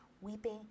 Weeping